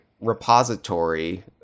repository